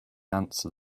answer